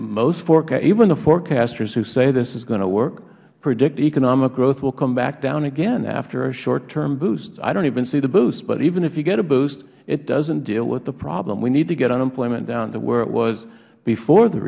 and even the forecasters who say this is going to work predict economic growth will come back down again after a short term boost i don't even see the boost but even if you get a boost it doesn't deal with the problem we need to get unemployment down to where it was before the